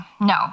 no